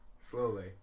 slowly